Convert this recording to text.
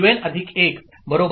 Qn1 T